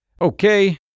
Okay